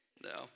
no